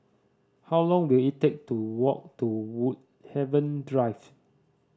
how long will it take to walk to Woodhaven Drive